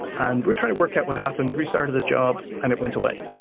and we're trying to work out what happened. restarted the job and it went away.